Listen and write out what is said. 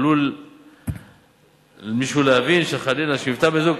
עלול מישהו להבין שחלילה כשנפטר בן-זוג,